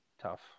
tough